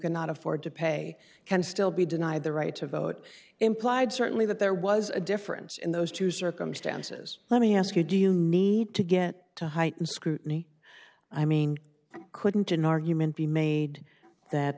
cannot afford to pay can still be denied the right to vote implied certainly that there was a difference in those two circumstances let me ask you do you need to get to heightened scrutiny i mean couldn't an argument be made that